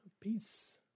Peace